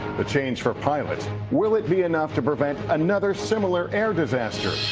the change for pilots. will it be enough to prevent another similar air disaster?